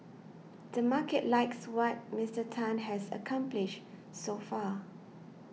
the market likes what Mister Tan has accomplished so far